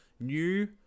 new